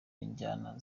njyana